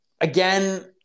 again